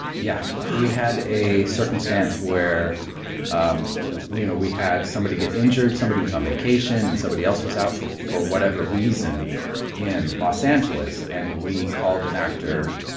yeah. we had a circumstance where um we you know we had somebody get injured, somebody was on vacation and somebody else was out for for whatever reason in los angeles. and we called an actor,